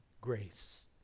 grace